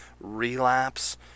Relapse